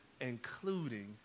including